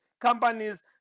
companies